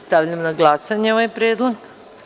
Stavljam na glasanje ovaj predlog.